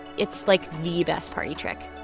it's, like, the best party trick